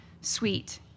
sweet